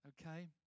Okay